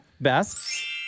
best